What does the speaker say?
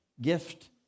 gift